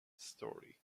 story